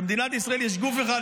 במדינת ישראל יש גוף אחד.